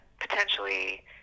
Potentially